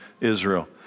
Israel